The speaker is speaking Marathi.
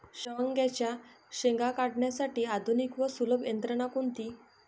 शेवग्याच्या शेंगा काढण्यासाठी आधुनिक व सुलभ यंत्रणा कोणती?